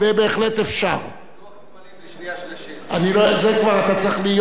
זה כבר, אתה צריך לבוא בדברים עם יושב-ראש הוועדה.